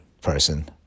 person